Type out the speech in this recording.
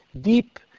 deep